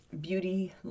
beauty